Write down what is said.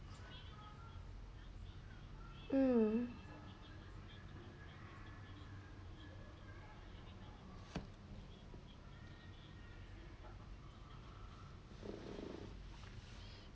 um